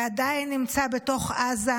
ועדיין נמצא בתוך עזה,